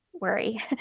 worry